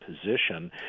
position